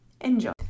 enjoy